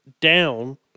down